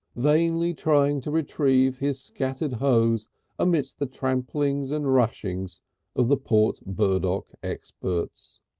vainly trying to retrieve his scattered hose amidst the tramplings and rushings of the port burdock experts.